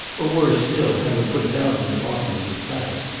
or, worse still, have him put down to the bottom of his class.